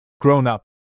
grown-up